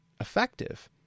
effective